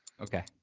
Okay